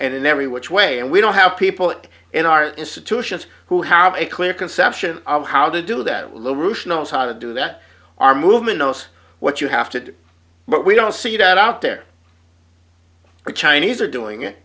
and in every which way and we don't have people in our institutions who have a clear conception of how to do that lucia knows how to do that our movement knows what you have to do but we don't see it out there or chinese are doing it